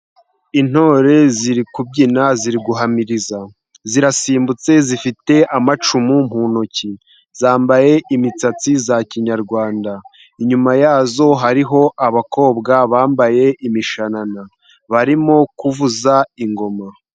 Intore ziri kubyina ziri guhamiriza zirasimbutse zifite amacumu mu ntoki zambaye imisatsi ya Kinyarwanda, inyuma yazo hariho abakobwa bambaye imishanana barimo kuvuza ingoma.